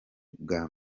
bwa